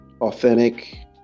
authentic